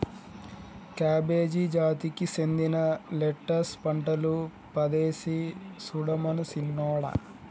cabbage జాతికి సెందిన lettuce పంటలు పదేసి సుడమను సిన్నోడా